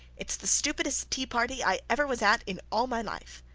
it's the stupidest tea-party i ever was at in all my life